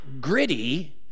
gritty